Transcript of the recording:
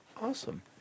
Awesome